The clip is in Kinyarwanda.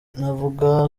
navuga